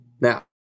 now